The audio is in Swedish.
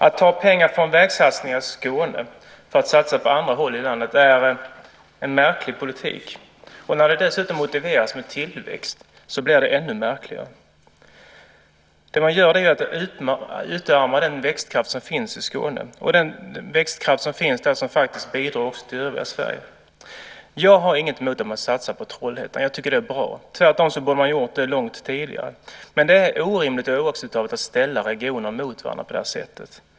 Att ta pengar från vägsatsningar i Skåne för att satsa på andra håll i landet är en märklig politik. När det dessutom motiveras med tillväxt blir det ännu märkligare. Det man gör är att utarma den växtkraft som finns i Skåne och som bidrar också till övriga Sverige. Jag har ingenting emot att man satsar på Trollhättan. Jag tycker att det är bra. Tvärtom borde man ha gjort det långt tidigare. Men det är oacceptabelt att ställa regioner mot varandra på det här sättet.